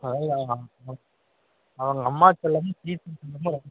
ஆ இல்லை அவங்க அம்மா செல்லமும் சேர்த்து